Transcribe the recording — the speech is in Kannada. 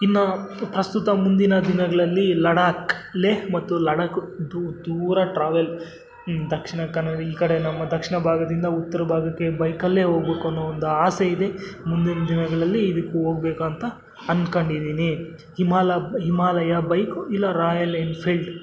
ಇನ್ನು ಪ್ರಸ್ತುತ ಮುಂದಿನ ದಿನಗಳಲ್ಲಿ ಲಡಾಖ್ ಲೆ ಮತ್ತು ಲಡಾಖ್ ದೂರ ಟ್ರಾವೆಲ್ ಹ್ಞೂ ದಕ್ಷಿಣ ಕನ್ನಡ ಈ ಕಡೆ ನಮ್ಮ ದಕ್ಷಿಣ ಭಾಗದಿಂದ ಉತ್ತರ ಭಾಗಕ್ಕೆ ಬೈಕಲ್ಲೇ ಹೋಗ್ಬೇಕನ್ನೋ ಒಂದು ಆಸೆ ಇದೆ ಮುಂದಿನ ದಿನಗಳಲ್ಲಿ ಇದಕ್ ಹೋಗ್ಬೇಕು ಅಂತ ಅನ್ಕೊಂಡಿದಿನಿ ಹಿಮಾಲಬ್ ಹಿಮಾಲಯ ಬೈಕು ಇಲ್ಲ ರಾಯಲ್ ಎನ್ಫೀಲ್ಡ್